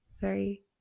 three